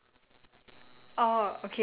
how you know there's a water on my right hand side